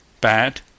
bad